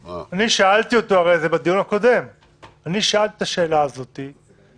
נתחדשה חברותו בכנסת לפי הוראות סעיף 42ג(ג)